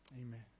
Amen